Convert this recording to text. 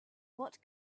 what